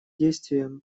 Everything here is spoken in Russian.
действия